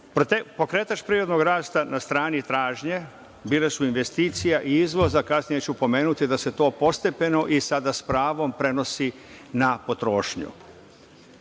rok. Pokretač privrednog rasta na strani tražnje bile su investicije izvoza, a kasnije ću pomenuti da se to postepeno i sada sa pravom prenosi na potrošnju. Projekcija